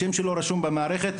השם שלו רשום במערכת.